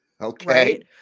Okay